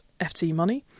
ftmoney